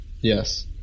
yes